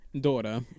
Daughter